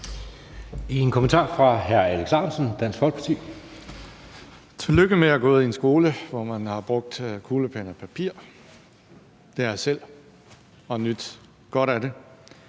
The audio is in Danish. en kommentar fra hr. Alex Ahrendtsen, Dansk Folkeparti.